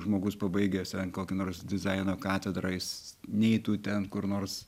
žmogus pabaigęs kokią nors dizaino katedrą jis neitų ten kur nors